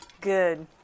Good